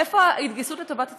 איפה ההתגייסות לטובת הציבור?